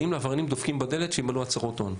באים לעבריינים, דופקים בדלת שימלאו הצהרות הון.